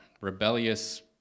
rebellious